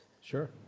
Sure